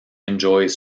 enjoys